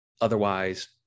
otherwise